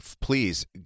please